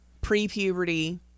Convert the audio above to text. pre-puberty